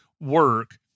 work